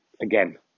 again